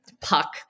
puck